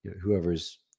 whoever's